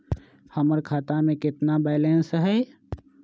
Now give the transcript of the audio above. हमर खाता में केतना बैलेंस हई?